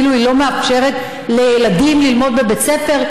כאילו היא לא מאפשרת לילדים ללמוד בבית ספר,